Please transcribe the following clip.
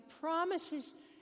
promises